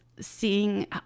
seeing